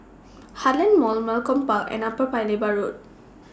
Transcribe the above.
Heartland Mall Malcolm Park and Upper Paya Lebar Road